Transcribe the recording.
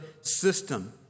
system